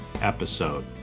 episode